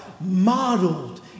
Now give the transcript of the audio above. modeled